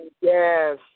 Yes